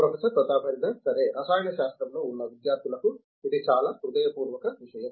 professor Pratap Haridas సరే రసాయన శాస్త్రంలో ఉన్న విద్యార్థులకు ఇది చాలా హృదయపూర్వక విషయం